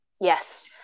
Yes